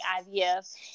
IVF